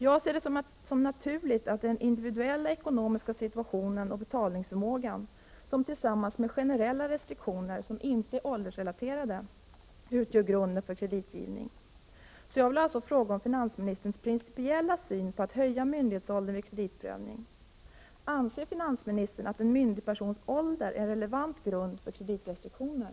Jag ser det som naturligt att den individuella ekonomiska situationen och betalningsförmågan jämte generella restriktioner som inte är åldersrelaterade utgör grunden för kreditgivning. Jag vill alltså fråga om finansministerns principiella syn på en höjning av myndighetsåldern vid kreditprövning: Anser alltså finansministern att en myndig persons ålder är en relevant grund för kreditrestriktioner?